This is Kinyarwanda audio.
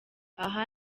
aha